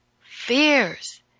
fears